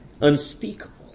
Unspeakable